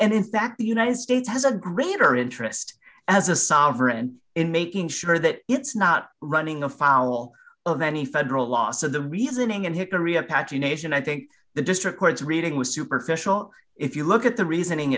and in fact the united states has a greater interest as a sovereign in making sure that it's not running afoul of any federal law so the reasoning and hipaa riya pagination i think the district court's reading was superficial if you look at the reasoning